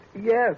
Yes